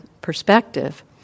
perspective